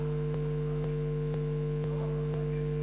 לא רק,